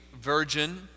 virgin